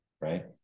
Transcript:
Right